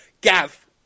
Gav